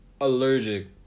allergic